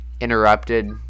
interrupted